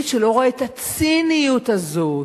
מי שלא רואה את הציניות הזאת,